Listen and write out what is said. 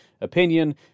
opinion